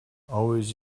always